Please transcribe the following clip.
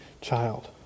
child